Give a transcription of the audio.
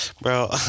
bro